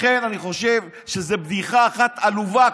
אני חושב שזו בדיחה אחת עלובה,